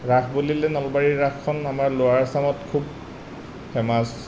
ৰাস বুলিলে নলবাৰীৰ ৰাসখন আমাৰ ল'ৱাৰ আসামত খুব ফেমাছ